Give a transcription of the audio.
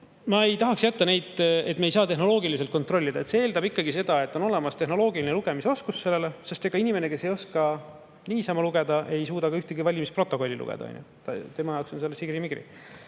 Ma ei tahaks, et jääks [mulje], et me ei saa tehnoloogiliselt kontrollida. See eeldab ikkagi seda, et on olemas tehnoloogiline lugemisoskus. Ega inimene, kes ei oska niisama lugeda, ei suuda ka ühtegi valimisprotokolli lugeda. Tema jaoks on see sigrimigri.